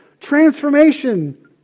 Transformation